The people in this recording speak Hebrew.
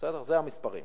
אלה המספרים.